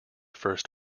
first